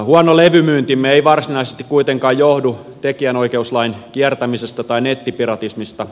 huono levymyyntimme ei varsinaisesti kuitenkaan johdu tekijänoikeuslain kiertämisestä tai nettipiratismista